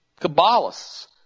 Kabbalists